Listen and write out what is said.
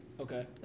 Okay